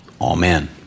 amen